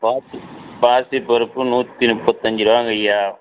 பாசி பாசிப் பருப்பு நூற்றி முப்பத்தஞ்சு ருபாங்கய்யா